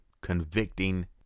convicting